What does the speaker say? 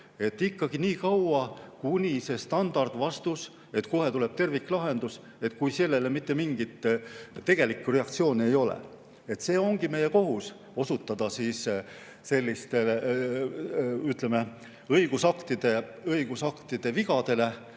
veel nii kaua, kuni on see standardvastus, et kohe tuleb terviklahendus. Kui sellele mitte mingit tegelikku reaktsiooni ei ole, ongi meie kohus osutada sellistele, ütleme, õigusaktide vigadele.